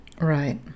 Right